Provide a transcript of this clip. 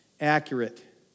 accurate